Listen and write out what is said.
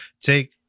take